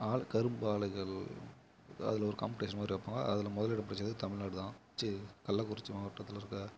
all கரும்பு ஆலைகள் அதில் ஒரு காம்படேஷன் மாதிரி வைப்பாங்க அதில் முதலிடம் பிடிச்சது தமிழ்நாடு தான் சீ கள்ளக்குறிச்சி மாவட்டத்தில் இருக்குது